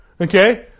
Okay